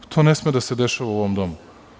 To ne sme da se dešava u ovom domu.